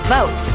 Vote